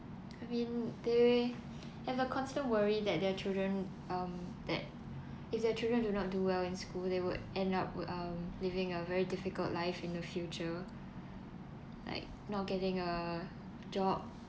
I mean they have a constant worry that their children (um)that if their children do not do well in school they would end up wh~ um living a very difficult life in the future like not getting a job